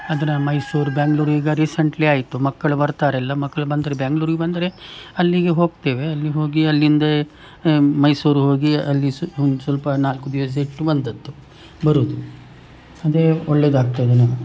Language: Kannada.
ಅದು ನಾ ಮೈಸೂರು ಬ್ಯಾಂಗ್ಳೂರು ಈಗ ರೀಸಂಟ್ಲಿ ಆಯಿತು ಮಕ್ಕಳು ಬರ್ತಾರೆ ಎಲ್ಲ ಮಕ್ಳು ಬಂದರೆ ಬ್ಯಾಂಗ್ಳೂರಿಗೆ ಬಂದರೆ ಅಲ್ಲಿಗೆ ಹೋಗ್ತೇವೆ ಅಲ್ಲಿ ಹೋಗಿ ಅಲ್ಲಿಂದೇ ಮೈಸೂರು ಹೋಗಿ ಅಲ್ಲಿ ಸು ಒಂದು ಸ್ವಲ್ಪ ನಾಲ್ಕು ದಿವಸ ಬಿಟ್ಟು ಬಂದದ್ದು ಬರೋದು ಅದೇ ಒಳ್ಳೆದಾಗ್ತದೇನೋ